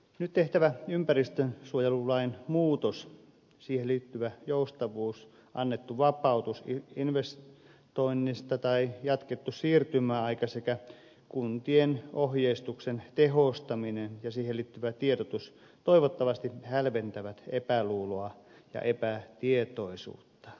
nyt tehtävä ympäristönsuojelulain muutos siihen liittyvä joustavuus annettu vapautus investoinnista tai jatkettu siirtymäaika sekä kuntien ohjeistuksen tehostaminen ja siihen liittyvä tiedotus toivottavasti hälventävät epäluuloa ja epätietoisuutta asiaa kohtaan